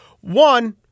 One